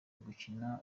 ugukina